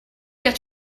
got